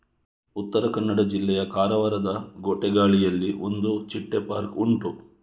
ಉತ್ತರ ಕನ್ನಡ ಜಿಲ್ಲೆಯ ಕಾರವಾರದ ಗೋಟೆಗಾಳಿಯಲ್ಲಿ ಒಂದು ಚಿಟ್ಟೆ ಪಾರ್ಕ್ ಉಂಟು